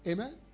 Amen